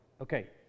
Okay